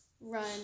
run